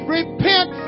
repent